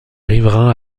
riverains